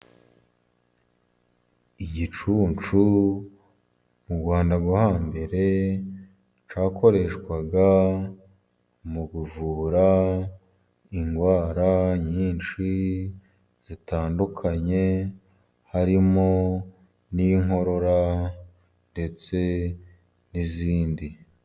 Igicuncu mu Rwanda rwo hambere cyakoreshwaga mukuvura indwara nyinshi zitandukanye, harimo n'inkorora ndetse n'izindi.